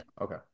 okay